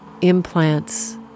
implants